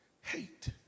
hate